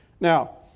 Now